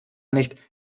nicht